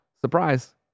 surprise